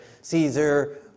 Caesar